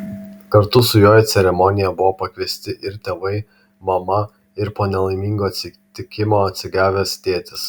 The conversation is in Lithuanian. kartu su juo į ceremoniją buvo pakviesti ir tėvai mama ir po nelaimingo atsitikimo atsigavęs tėtis